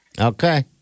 Okay